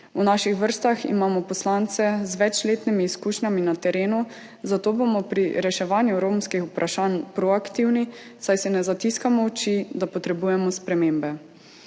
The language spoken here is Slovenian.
V naših vrstah imamo poslance z večletnimi izkušnjami na terenu, zato bomo pri reševanju romskih vprašanj proaktivni, saj si ne zatiskamo oči, da potrebujemo spremembe.